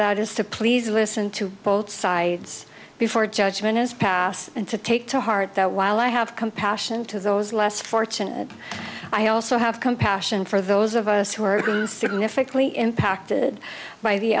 that is to please listen to both sides before judgment is passed and to take to heart that while i have compassion to those less fortunate i also have compassion for those of us who are significantly impacted by the